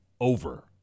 over